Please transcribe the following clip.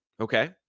Okay